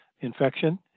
infection